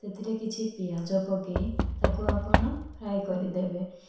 ସେଥିରେ କିଛି ପିଆଜ ପକାଇ ତାକୁ ଆପଣ ଫ୍ରାଏ କରିଦେବେ